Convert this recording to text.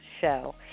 Show